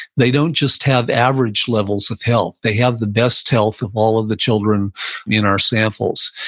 they don't just have average levels of health. they have the best health of all of the children in our samples.